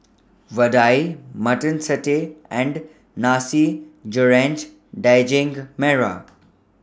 Vadai Mutton Satay and Nasi Goreng Daging Merah